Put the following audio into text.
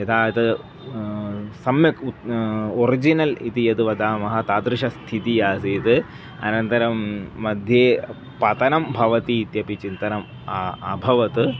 यदा सम्यक् उत ओरिजिनल् इति यद् वदामः तादृशस्थितिः आसीत् अनन्तरं मध्ये पतनं भवति इत्यपि चिन्तनम् अभवत्